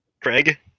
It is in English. Craig